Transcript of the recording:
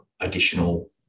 additional